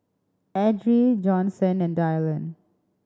Edrie Johnson and Dyllan